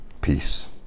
Peace